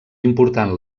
important